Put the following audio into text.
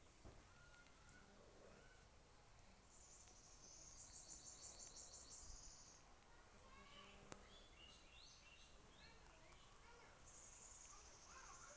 भण्डरानेर सुविधा बढ़ाले से किसानक तिगुना मुनाफा ह छे